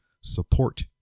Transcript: support